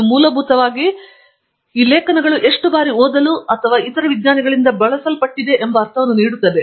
ಇದು ಮೂಲಭೂತವಾಗಿ ಈ ಲೇಖನಗಳು ಎಷ್ಟು ಬಾರಿ ಓದಲು ಮತ್ತು ಇತರ ವಿಜ್ಞಾನಿಗಳಿಂದ ಬಳಸಲ್ಪಡುವ ಒಂದು ಅರ್ಥವನ್ನು ನೀಡುತ್ತದೆ